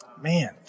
Man